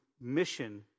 mission